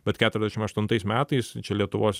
bet keturiasdešim aštuntais metais čia lietuvos